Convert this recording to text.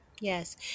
Yes